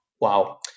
Wow